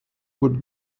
would